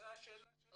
זו השאלה שלי.